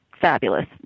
fabulous